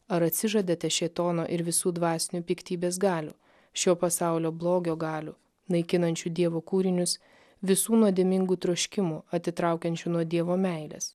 ar atsižadate šėtono ir visų dvasinių piktybės galių šio pasaulio blogio galių naikinančių dievo kūrinius visų nuodėmingų troškimų atitraukiančių nuo dievo meilės